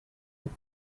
with